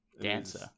Dancer